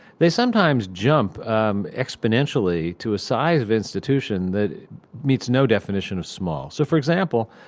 they sometimes jump um exponentially to a size of institution that meets no definition of small. so for example,